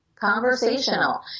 conversational